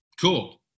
cool